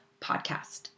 podcast